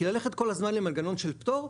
כי ללכת כל הזמן למנגנון של פטור,